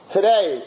Today